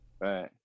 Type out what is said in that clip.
Right